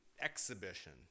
exhibition